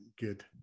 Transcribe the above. good